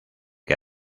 que